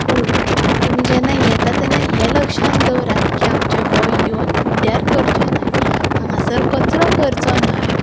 पूण तुमी जेन्ना येता तेन्ना हें लक्षांत दवरात की आमचें गोंय येवन पिड्ड्यार करचें न्हय हांगा सर कचरो करचो न्हय